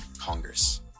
Congress